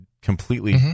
completely